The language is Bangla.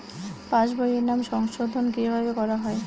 পাশ বইয়ে নাম সংশোধন কিভাবে করা হয়?